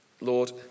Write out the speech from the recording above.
Lord